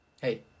Hey